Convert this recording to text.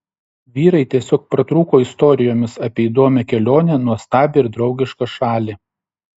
vyrai tiesiog pratrūko istorijomis apie įdomią kelionę nuostabią ir draugišką šalį